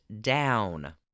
down